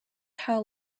how